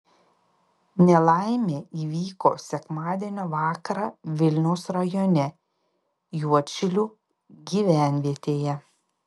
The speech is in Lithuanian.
nelaimė įvyko sekmadienio vakarą vilniaus rajone juodšilių gyvenvietėje